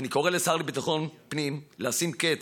אני קורא לשר לביטחון הפנים לשים קץ